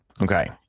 Okay